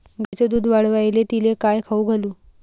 गायीचं दुध वाढवायले तिले काय खाऊ घालू?